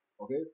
Okay